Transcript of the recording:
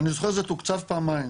אני זוכר שזה תוקצב פעמיים,